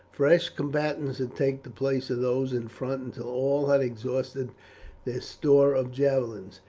fresh combatants had taken the place of those in front until all had exhausted their store of javelins.